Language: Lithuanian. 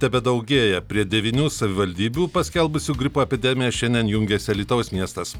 tebedaugėja prie devynių savivaldybių paskelbusių gripo epidemiją šiandien jungiasi alytaus miestas